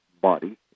body